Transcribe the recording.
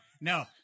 no